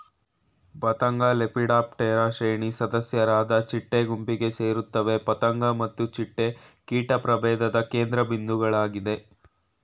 ಪತಂಗಲೆಪಿಡಾಪ್ಟೆರಾ ಶ್ರೇಣಿ ಸದಸ್ಯರಾದ ಚಿಟ್ಟೆ ಗುಂಪಿಗೆ ಸೇರ್ತವೆ ಪತಂಗ ಮತ್ತು ಚಿಟ್ಟೆ ಕೀಟ ಪ್ರಭೇಧದ ಕೇಂದ್ರಬಿಂದುಗಳಾಗಯ್ತೆ